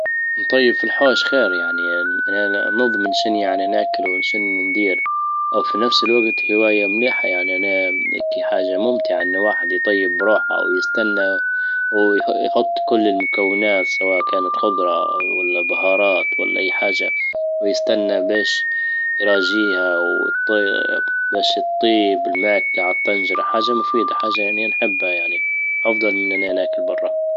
الطهى في الحوش خير يعني اننا نضمن شنى يعنى ناكله ونشن ندير او في نفس الوجت هواية مليحة يعني انا حاجة ممتعة ان واحد يطيب بروحه او يستنى ويحط كل المكونات سواء كانت خضرة ولا بهارات ولا اي حاجة ويستنى باش يراجيها باش الطيب المعدة عالطنجرة حاجة مفيدة حاجة يعني نحبها يعني، افضل من اننا ناكل برا